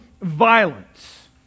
violence